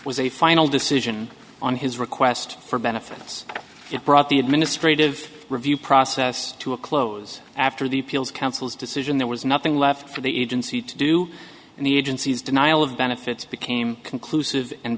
was a final decision on his request for benefits it brought the administrative review process to a close after the appeals council's decision there was nothing left for the agency to do and the agency's denial of benefits became conclusive and